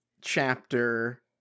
chapter